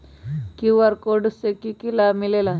QR code से कि कि लाव मिलेला?